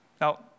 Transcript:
Now